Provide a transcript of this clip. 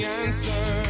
answer